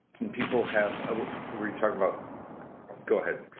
people have ah we talked about go ahead,